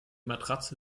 matratze